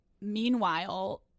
Meanwhile